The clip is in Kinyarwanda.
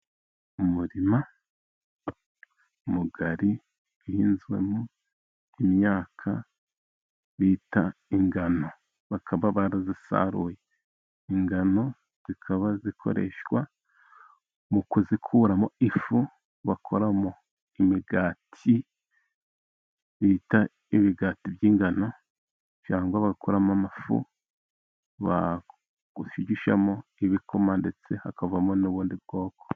Umurima mugari uhinzwemo imyaka bita ingano bakaba barazisaruye, ingano zikaba zikoreshwa mu kuzikuramo ifu bakoramo imigati bita ibigati by'ingano cyangwa bakoramo amafu bashigishamo ibikoma ndetse hakavamo n'ubundi bwoko.